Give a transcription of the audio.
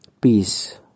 Peace